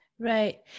right